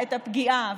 את הפגיעה,